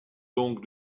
donc